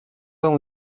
vingt